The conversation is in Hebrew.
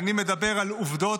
אני מדבר על עובדות.